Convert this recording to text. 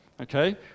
okay